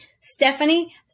Stephanie